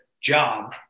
job